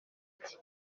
ati